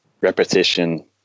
repetition